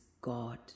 God